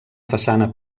façana